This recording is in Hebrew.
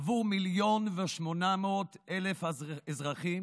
עבור מיליון ו-800,000 אזרחים